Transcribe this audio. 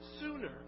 sooner